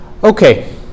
Okay